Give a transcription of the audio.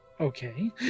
okay